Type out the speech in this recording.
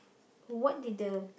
what did the